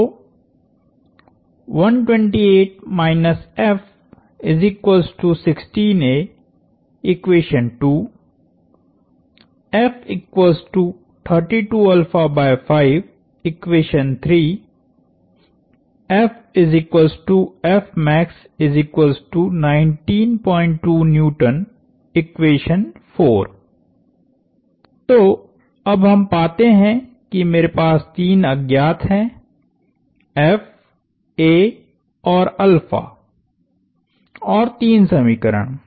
तो तो अब हम पाते हैं कि मेरे पास तीन अज्ञात हैं F a औरऔर तीन समीकरण